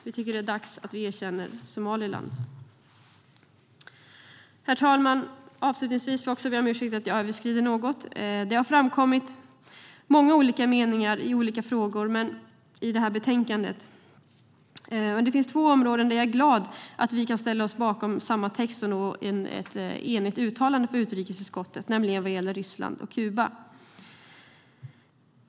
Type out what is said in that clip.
Vi tycker att det är dags att erkänna Somaliland. Herr talman! Avslutningsvis vill även jag be om ursäkt för att jag något överskrider min talartid. Det har framkommit många olika meningar i olika frågor i betänkandet. Det finns två områden där jag är glad att vi kan ställa oss bakom ett enigt uttalande från utrikesutskottet, nämligen vad gäller Ryssland och Kuba.